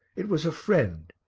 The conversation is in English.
it was a friend.